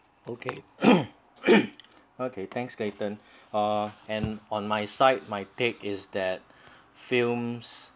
okay okay thanks clayton uh and on my side my take is that films